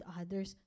others